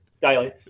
daily